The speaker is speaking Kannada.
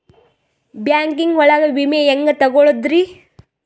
ಬ್ಯಾಂಕಿಂಗ್ ಒಳಗ ವಿಮೆ ಹೆಂಗ್ ತೊಗೊಳೋದ್ರಿ?